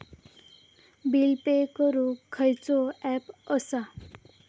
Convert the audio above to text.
Bill pay करूक खैचो app असा?